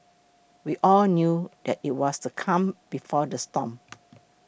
we all knew that it was the calm before the storm